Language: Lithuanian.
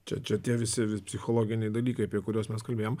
čia čia tie visi psichologiniai dalykai apie kuriuos mes kalbėjom